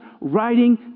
writing